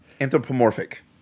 Anthropomorphic